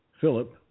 Philip